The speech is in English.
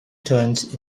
turns